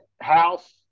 House